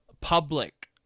public